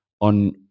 on